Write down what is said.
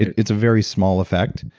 it's a very small effect,